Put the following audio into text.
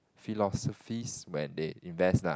philosophies when they invest lah